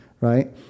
Right